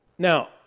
Now